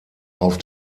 auf